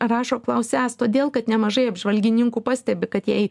rašo klausiąs todėl kad nemažai apžvalgininkų pastebi kad jei